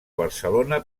barcelona